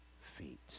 feet